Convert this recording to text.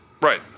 right